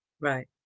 Right